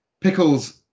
Pickles